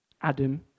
Adam